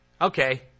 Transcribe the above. Okay